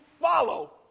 follow